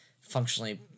functionally